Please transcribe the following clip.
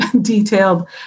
detailed